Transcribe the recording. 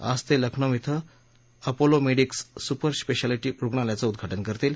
आज ते लखनौ ध्वे अपोलोमेडिक्स सुपरस्पेशालिटी रुग्णालयाचं उद्घाटन करतील